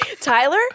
Tyler